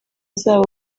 zabo